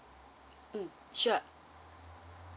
mm sure